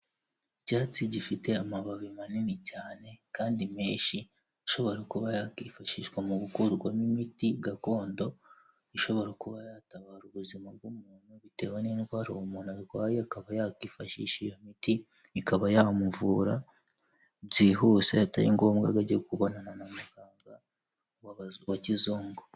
Icyatsi gifite amababi manini cyane kandi menshi ashobora kuba yakifashishwa mu gukurwamo imiti gakondo, ishobora kuba yatabara ubuzima bw'umuntu bitewe n'indwara uwo muuntu arwaye akaba yakifashisha iyo miti ikaba yamuvura byihuse atari ngombwa ngo ajye kubonana na muganga wa kizungu.